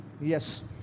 Yes